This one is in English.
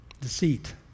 Deceit